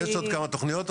יש עוד כמה תוכניות.